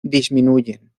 disminuyen